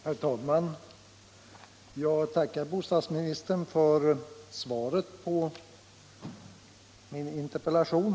Herr talman! Jag tackar bostadsministern för svaret på min interpellation.